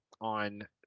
on